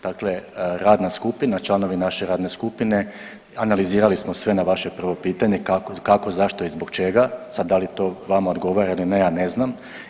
Dakle, radna skupina, članovi naše radne skupine, analizirali smo sve na vaše prvo pitanje kako, zašto i zbog čega, sad da li to vama odgovara ili ne ja ne znam.